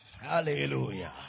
hallelujah